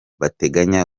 bateganya